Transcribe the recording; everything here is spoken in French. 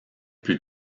plus